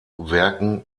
werken